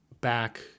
back